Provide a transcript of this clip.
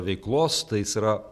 veiklos tai jis yra